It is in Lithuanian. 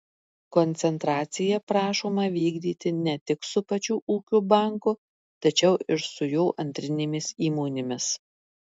koncentracija prašoma vykdyti ne tik su pačiu ūkio banku tačiau ir su jo antrinėmis įmonėmis